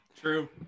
True